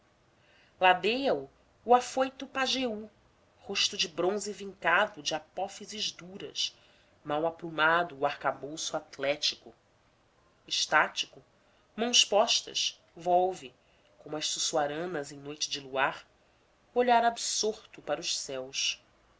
ladeia o o afoito pajeú rosto de bronze vincado de apófises duras mal aprumado o arcabouço atlético estático mãos postas volve como as suçuaranas em noite de luar olhar absorto para os céus